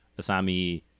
Asami